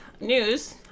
News